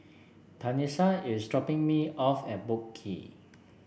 Tanisha is dropping me off at Boat Quay